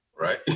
Right